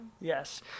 Yes